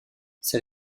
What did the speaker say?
ces